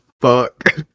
fuck